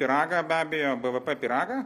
pyragą be abejo bvp pyragą